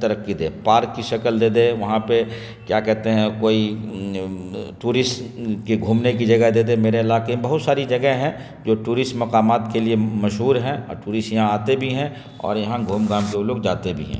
ترقی دے پارک کی شکل دے دے وہاں پہ کیا کہتے ہیں کوئی ٹورسٹ کے گھومنے کی جگہ دے دے میرے علاقے میں بہت ساری جگہیں ہیں جو ٹورسٹ مقامات کے لیے مشہور ہیں اور ٹورسٹ یہاں آتے بھی ہیں اور یہاں گھوم گھام کے وہ لوگ جاتے بھی ہیں